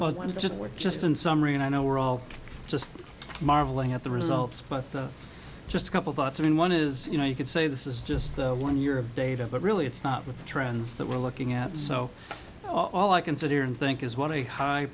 just we're just in summary and i know we're all just marveling at the results but just a couple thoughts i mean one is you know you could say this is just the one year of data but really not with the trends that we're looking at so all i can sit here and think is one of the high